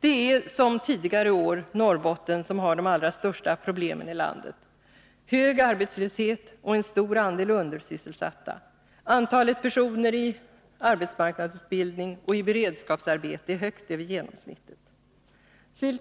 Det är, som tidigare år, Norrbotten som har de allra största problemen i landet, hög arbetslöshet och en stor andel undersysselsatta. Antalet personer i AMU och i beredskapsarbete är högt över genomsnittet.